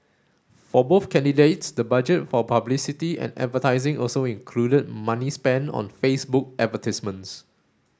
for both candidates the budget for publicity and advertising also included money spent on Facebook advertisements